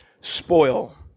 spoil